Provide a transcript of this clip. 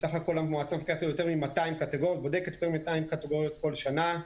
בסך הכל המועצה בודקת יותר מ-200 קטיגוריות כל שנה,